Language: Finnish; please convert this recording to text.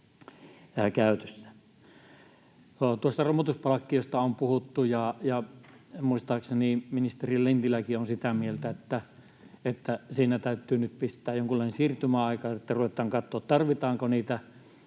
Tuosta romutuspalkkiosta on puhuttu, ja muistaakseni ministeri Lintiläkin on sitä mieltä, että siihen täytyy nyt pistää jonkunlainen siirtymäaika, että ruvetaan katsomaan, tarvitaanko niitä